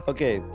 Okay